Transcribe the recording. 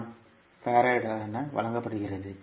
1 F வழங்கப்படுகிறது